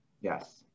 Yes